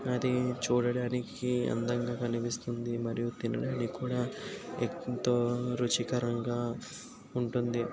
అది చూడడానికి అందంగా కనిపిస్తుంది మరియు తినడానికి కూడా ఎంతో రుచికరంగా ఉంటుంది